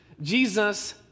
Jesus